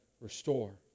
restore